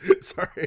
Sorry